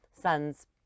son's